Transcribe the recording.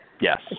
Yes